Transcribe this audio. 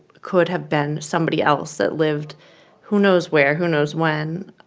could have been somebody else that lived who knows where, who knows when.